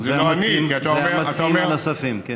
זה לא אני, כי אתה אומר, זה המציעים הנוספים, כן.